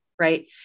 right